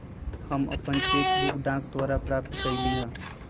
हम अपन cheque book डाक द्वारा प्राप्त कईली ह